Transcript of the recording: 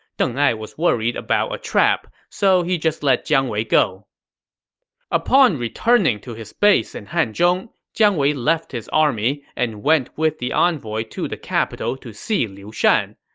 deng ai was worried about a trap, so he just let jiang wei go upon returning to his base in hanzhong, jiang wei left his army and went with the envoy to the capital to see liu shan.